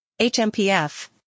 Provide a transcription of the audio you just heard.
HMPF